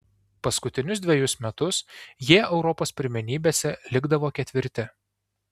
paskutinius dvejus metus jie europos pirmenybėse likdavo ketvirti